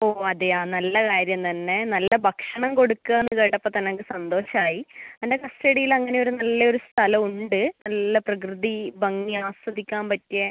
ഓ അതെയോ നല്ല കാര്യം തന്നെ നല്ല ഭക്ഷണം കൊടുക്കുക എന്ന് കേട്ടപ്പോൾ തന്നെ എനിക്ക് സന്തോഷമായി എൻ്റെ കസ്റ്റഡിയിൽ അങ്ങനെ ഒരു നല്ല ഒരു സ്ഥലം ഉണ്ട് നല്ല പ്രകൃതി ഭംഗി ആസ്വദിക്കാൻ പറ്റിയ